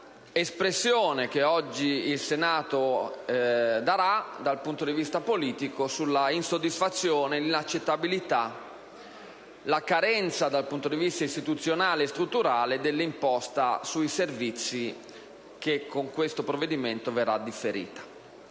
un'espressione che oggi il Senato darà dal punto di vista politico sulla insoddisfazione, sulla inaccettabilità e sulla carenza dal punto di vista istituzionale e strutturale dell'imposta sui servizi che con questo provvedimento verrà differita.